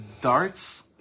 darts